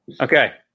Okay